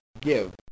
give